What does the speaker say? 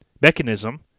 mechanism